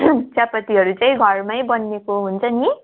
चियापत्तीहरू चाहिँ घरमै बनिएको हुन्छ नि